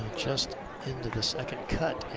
just into the second cut.